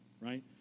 right